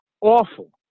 awful